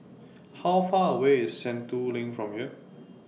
How Far away IS Sentul LINK from here